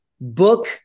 book